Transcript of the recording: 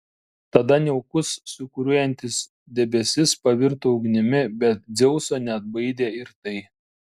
tada niaukus sūkuriuojantis debesis pavirto ugnimi bet dzeuso neatbaidė ir tai